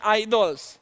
idols